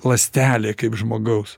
ląstelė kaip žmogaus